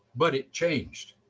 but it changed.